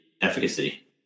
efficacy